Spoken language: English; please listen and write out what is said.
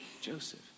Joseph